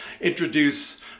introduce